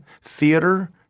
Theater—